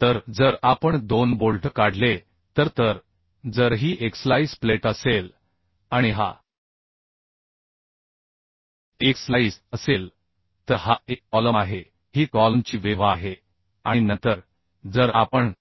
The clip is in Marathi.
तर जर आपण 2 बोल्ट काढले तर तर जर ही एक स्लाईस प्लेट असेल आणि हा एक स्लाईस असेल तर हा एक कॉलम आहे ही कॉलमची वेव्ह आहे आणि नंतर जर आपण